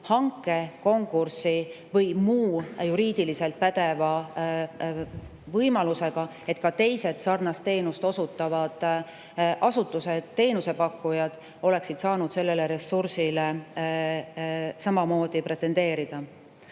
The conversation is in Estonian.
hankekonkursi või muu juriidiliselt pädeva võimaluseta, nii et ka teised sarnast teenust osutavad asutused ja teenusepakkujad oleksid saanud sellele [toetusele] samamoodi pretendeerida.